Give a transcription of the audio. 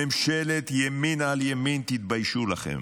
ממשלת ימין על ימין, תתביישו לכם.